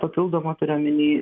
papildomą turiu omeny